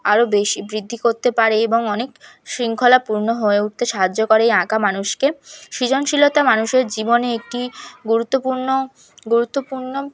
আরও বেশি বৃদ্ধি করতে পারে এবং অনেক শৃঙ্খলাপূর্ণ হয়ে উঠতে সাহায্য করে এই আঁকা মানুষকে সৃজনশীলতা মানুষের জীবনে একটি গুরুত্বপূর্ণ গুরুত্বপূর্ণ